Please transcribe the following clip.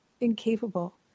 incapable